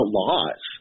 laws